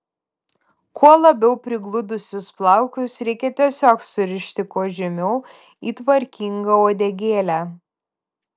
kuo labiau prigludusius plaukus reikia tiesiog surišti kuo žemiau į tvarkingą uodegėlę